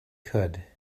could